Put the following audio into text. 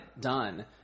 done